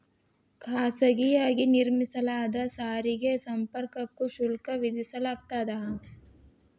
ಖಾಸಗಿಯಾಗಿ ನಿರ್ಮಿಸಲಾದ ಸಾರಿಗೆ ಸಂಪರ್ಕಕ್ಕೂ ಶುಲ್ಕ ವಿಧಿಸಲಾಗ್ತದ